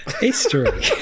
History